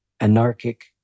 anarchic